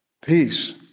peace